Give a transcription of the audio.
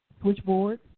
switchboard